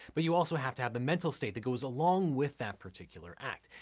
but you also have to have the mental state that goes along with that particular act.